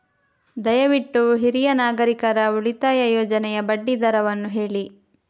ದಯವಿಟ್ಟು ಹಿರಿಯ ನಾಗರಿಕರ ಉಳಿತಾಯ ಯೋಜನೆಯ ಬಡ್ಡಿ ದರವನ್ನು ಹೇಳಿ